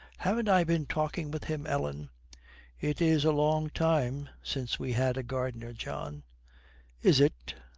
haven't i been talking with him, ellen it is a long time since we had a gardener, john is it?